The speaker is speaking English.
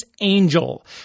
angel